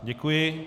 Děkuji.